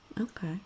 Okay